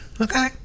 okay